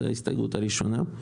זו ההסתייגות הראשונה.